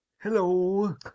Hello